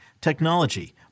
technology